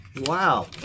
Wow